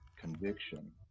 conviction